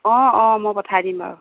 অঁ অঁ মই পঠাই দিম বাৰু